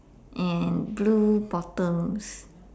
and blue bottoms